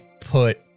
put